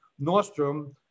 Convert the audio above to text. Nordstrom